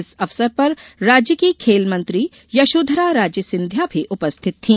इस अवसर पर राज्य की खेलमंत्री यशोधरा राजे सिंधिया भी उपस्थित थी